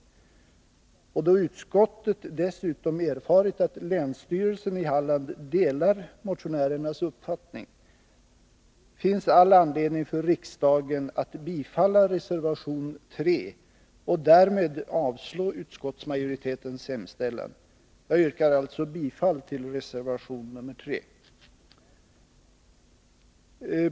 Eftersom utskottet dessutom har erfarit att länsstyrelsen i Halland delar motionärernas uppfattning, finns det all anledning för riksdagen att yrka bifall till reservation 3 och därmed avslag på utskottsmajoritetens hemställan. Jag yrkar alltså bifall till reservation 3.